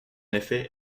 effet